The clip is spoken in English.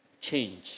change